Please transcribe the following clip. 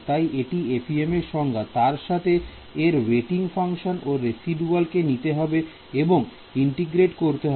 তাই এটি FEM এর সংজ্ঞা তার সাথে এর ওয়েটিং ফাংশন ও রেসিদুয়াল কে নিতে হবে এবং ইন্টিগ্রেটেড করতে হবে